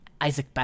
Isaac